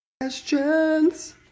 Questions